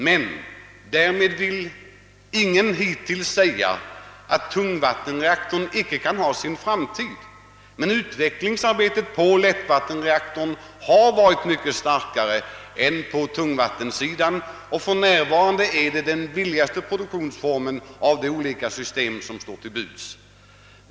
Men därför har ingen hittills velat säga att tungvattenreaktorn inte har någon framtid. Utvecklingsarbetet beträffande lättvattenreaktorn har bedrivits mycket hårdare än på tungvattensidan, och för närvarande är den förstnämnda metoden den billigaste produktionsformen av de system som nu finns.